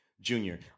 Junior